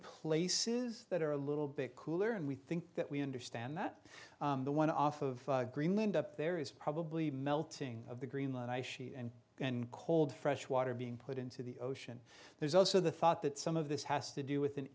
places that are a little bit cooler and we think that we understand that the one off of greenland up there is probably melting of the greenland ice sheet and then cold fresh water being put into the ocean there's also the thought that some of this has to do with an